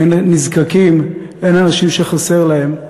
אין נזקקים, אין אנשים שחסר להם.